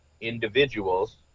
individuals